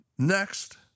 Next